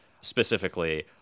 Specifically